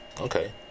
Okay